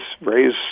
raise